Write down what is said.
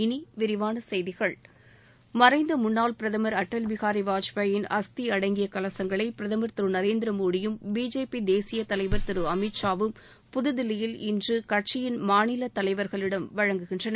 இனி விரிவான செய்திகள் மறைந்த முன்னாள் பிரதம் அடல் பிஹாரி வாஜ்பாயின் அஸ்தி அடங்கிய கலசங்களை பிரதம் திரு நரேந்திரமோடியும் பிஜேபி தேசிய தலைவர் திரு அமித்ஷாவும் புதுதில்லியில் இன்று கட்சியின் மாநில தலைவர்களிடம் வழங்குகின்றனர்